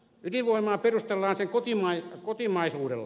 ydinvoimaa perustellaan sen kotimaisuudella